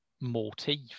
motif